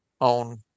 on